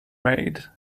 made